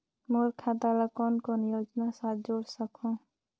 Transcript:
मोर खाता ला कौन कौन योजना साथ जोड़ सकहुं?